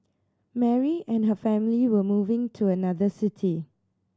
Mary and her family were moving to another city